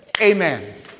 Amen